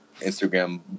Instagram